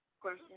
question